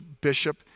bishop